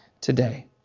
today